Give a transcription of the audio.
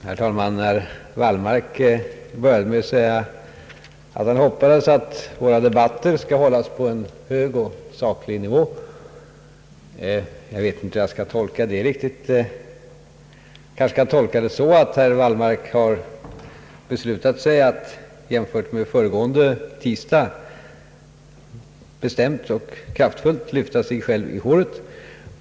Herr talman! Herr Wallmark började med att säga att han hoppades att våra debatter skall hållas på en hög och saklig nivå. Jag vet inte riktigt hur det skall tolkas — kanske så att herr Wallmark har beslutat att jämfört med föregående torsdag bestämt och kraftfullt lyfta sig själv i håret.